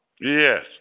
Yes